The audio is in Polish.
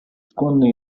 skłonny